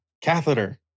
Catheter